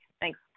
Thanks